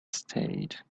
stayed